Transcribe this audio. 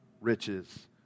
riches